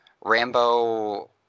Rambo